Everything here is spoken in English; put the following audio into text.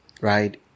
right